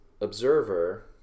observer